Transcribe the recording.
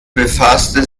befasste